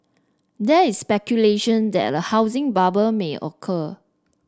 there is speculation that a housing bubble may occur